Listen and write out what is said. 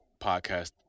podcast